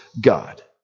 God